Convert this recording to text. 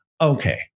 Okay